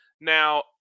Now